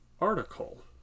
article